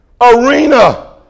Arena